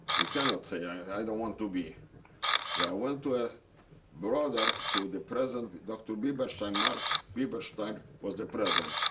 you cannot say, i don't want to be so i went to a brother to the president, dr. biberstein, marek. biberstein was the president.